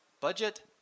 budget